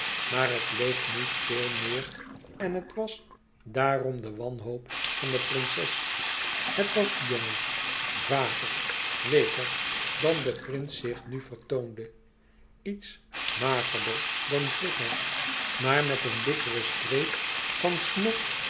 maar het leek niet veel meer en het was daarom de wanhoop van de prinses het was jonger vager weeker dan de prins zich nu vertoonde iets magerder dan vroeger maar met een dikkere streep van snor